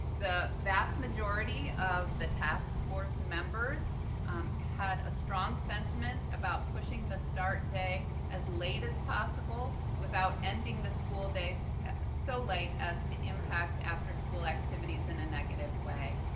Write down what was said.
the vast majority of the task force members had a strong sentiment about pushing the start day as late as possible without ending the school day so late as to impact afterschool activities in negative way.